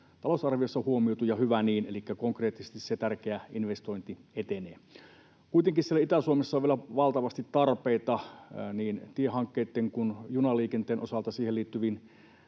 talousarviossa huomioitu, ja hyvä niin, elikkä konkreettisesti se tärkeä investointi etenee. Kuitenkin siellä Itä-Suomessa on vielä valtavasti tarpeita niin tiehankkeitten kuin junaliikenteen osalta niihin liittyviin